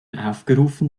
aufgerufen